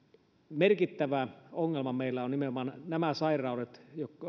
merkittävä ongelma meillä on nimenomaan nämä sairaudet